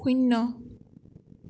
শূন্য